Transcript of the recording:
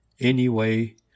Anyway